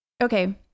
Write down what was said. Okay